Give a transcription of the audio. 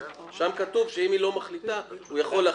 שם כתוב שאם היא לא מחליטה אז הוא יכול להחליט.